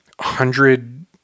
hundred